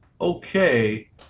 okay